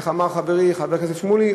איך אמר חברי חבר הכנסת שמולי?